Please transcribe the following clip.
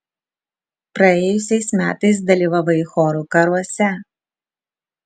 praėjusiais metais dalyvavai chorų karuose